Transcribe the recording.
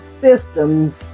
systems